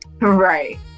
Right